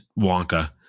wonka